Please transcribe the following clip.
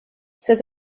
cet